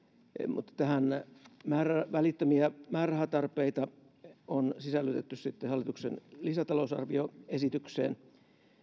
mutta välittömiä määrärahatarpeita on sisällytetty sitten hallituksen lisätalousarvioesitykseen